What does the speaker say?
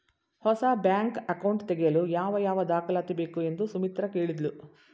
ಹೊಸ bank account ತೆಗೆಯಲು ಯಾವ ಯಾವ ದಾಖಲಾತಿ ಬೇಕು ಎಂದು ಸುಮಿತ್ರ ಕೇಳಿದ್ಲು